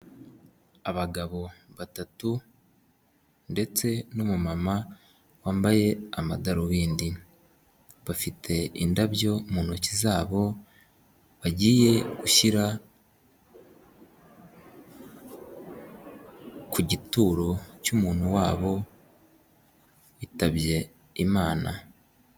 Abagabo batatu ndetse n'umumama wambaye amadarubindi bafite indabyo mu ntoki zabo bagiye gushyira ku gituro cy'umuntu wabo witabye Imana.